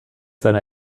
seiner